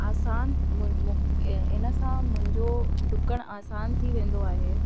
आसान मु मु इनसां मुंहिंजो ॾुकणु आसान थी वेंदो आहे